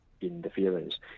interference